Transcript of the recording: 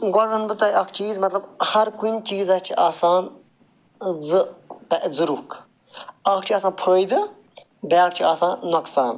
گۄڈٕ وَنہٕ بہٕ تۄہہِ اَکھ چیٖز مَطلَب ہر کُنہِ چیٖزَس چھِ آسان زٕ زٕ رۅخ اَکھ چھُ آسان فٲیدٕ بیٛاکھ چھُ آسان نۅقصان